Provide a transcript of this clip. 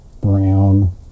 Brown